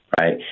right